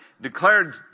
declared